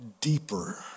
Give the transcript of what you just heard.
deeper